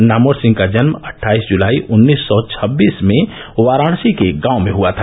नामवर सिंह का जन्म अट्ठाईस जुलाई उन्नीस सौ छब्बीस में वाराणसी के एक गांव में हुआ था